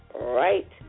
Right